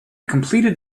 completed